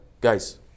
guys